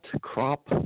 crop